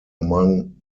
among